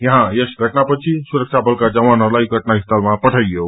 यहाँ यस घटनापछि सुरक्षा बलका जवानहरूलाई घटनासीलामा पठाईयो